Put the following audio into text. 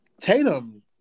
Tatum